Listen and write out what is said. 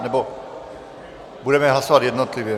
Nebo budeme hlasovat jednotlivě.